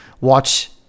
Watch